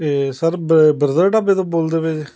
ਇਹ ਸਰ ਬਰ ਬ੍ਰਦਰ ਦੇ ਢਾਬੇ ਤੋਂ ਬੋਲਦੇ ਪਏ ਜੇ